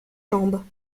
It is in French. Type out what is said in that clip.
jambes